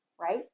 right